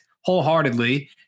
wholeheartedly